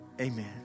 amen